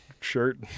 shirt